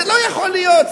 זה לא יכול להיות.